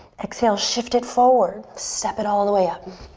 exhale, shift it forward. step it all the way up.